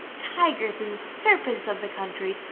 tigers, and serpents of the country,